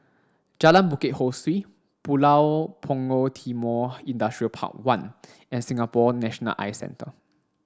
Jalan Bukit Ho Swee Pulau Punggol Timor Industrial Park One and Singapore National Eye Centre